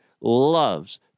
loves